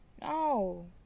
No